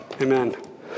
Amen